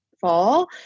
fall